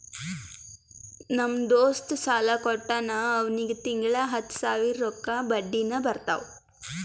ನಮ್ ದೋಸ್ತ ಸಾಲಾ ಕೊಟ್ಟಾನ್ ಅವ್ನಿಗ ತಿಂಗಳಾ ಹತ್ತ್ ಸಾವಿರ ರೊಕ್ಕಾ ಬಡ್ಡಿನೆ ಬರ್ತಾವ್